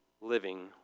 living